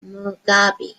mugabe